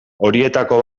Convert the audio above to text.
horietako